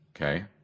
okay